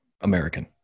American